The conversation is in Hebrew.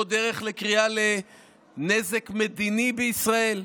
לא דרך של קריאה לנזק מדיני בישראל.